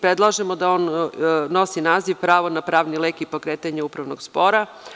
Predlažemo da on nosi naziv – pravo na pravni lek i pokretanje upravnog spora.